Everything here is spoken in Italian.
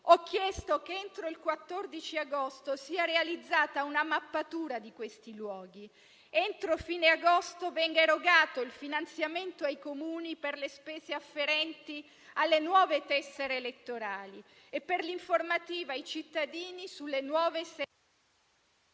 Ho chiesto che entro il 14 agosto sia realizzata una mappatura di questi luoghi ed entro fine agosto venga erogato il finanziamento ai Comuni per le spese afferenti alle nuove tessere elettorali e per l'informativa ai cittadini sulle nuove sedi.